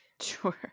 Sure